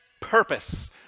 purpose